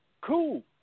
Cool